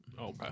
Okay